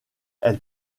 elle